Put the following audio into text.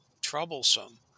troublesome